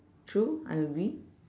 true I agree